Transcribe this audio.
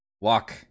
walk